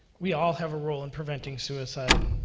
we all have a role in preventing suicide.